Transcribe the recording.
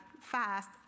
fast